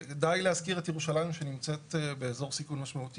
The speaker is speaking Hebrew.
די להזכיר את ירושלים שנמצאת באזור סיכון משמעותי.